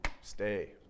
stay